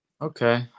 Okay